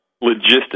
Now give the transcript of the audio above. logistics